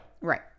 Right